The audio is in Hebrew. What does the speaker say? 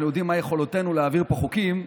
יודעים מה יכולותינו להעביר פה חוקים,